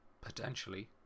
Potentially